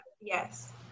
Yes